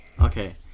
Okay